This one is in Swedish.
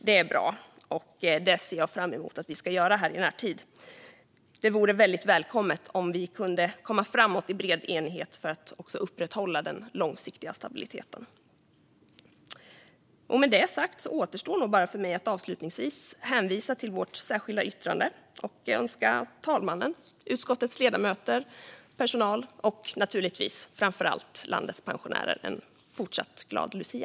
Det är bra, och det ser jag fram emot att vi ska göra i närtid. Det vore väldigt välkommet om vi kunde komma framåt i bred enighet för att upprätthålla den långsiktiga stabiliteten. Med det sagt återstår bara för mig att avslutningsvis hänvisa till vårt särskilda yttrande och att önska talmannen, utskottets ledamöter och personal men framför allt landets pensionärer en fortsatt glad lucia.